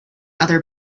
other